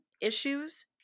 issues